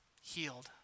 healed